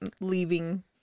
leaving